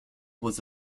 was